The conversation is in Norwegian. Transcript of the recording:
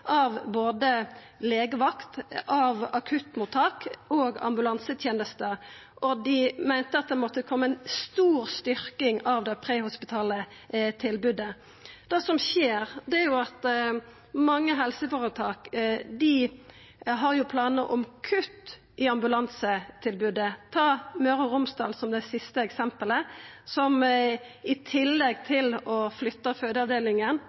av både legevakt, akuttmottak og ambulansetenester, og dei meinte at det måtte koma ei stor styrking av det prehospitale tilbodet. Det som skjer, er at mange helseføretak har planar om kutt i ambulansetilbodet. Vi kan ta Helse Møre og Romsdal som det siste eksempelet, som i tillegg til å flytta